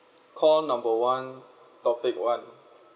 call number one topic one